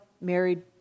married